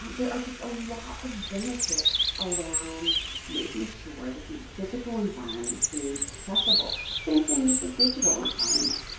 um there are just a lot of benefits around making sure that the physical environment is accessible. same thing with the digital environment.